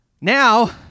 Now